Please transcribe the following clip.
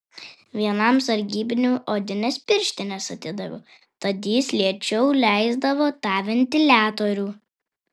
vienam sargybiniui odines pirštines atidaviau tad jis lėčiau leisdavo tą ventiliatorių